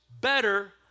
better